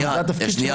זה התפקיד שלו.